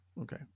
okay